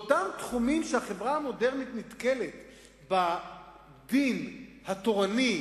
באותם תחומים שהחברה המודרנית נתקלת בדין התורני,